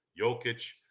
Jokic